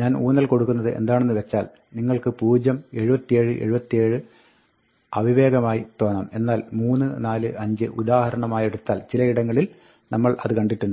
ഞാൻ ഊന്നൽ കൊടുക്കുന്നത് എന്താണെന്ന് വെച്ചാൽ നിങ്ങൾക്ക് 0 77 77 അവിവേകമായി തോന്നാം എന്നാൽ 3 4 5 ഉദാഹരണമായെടുത്താൽ ചിലയിടങ്ങളിൽ നമ്മൾ അത് കണ്ടിട്ടുണ്ട്